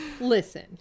listen